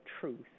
truth